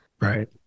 Right